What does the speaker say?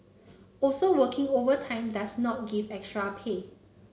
also working overtime does not give extra pay